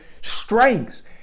strengths